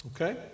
Okay